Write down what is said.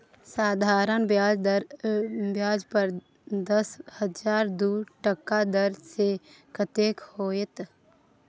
साधारण ब्याज पर दस हजारक दू टका दर सँ कतेक होएत?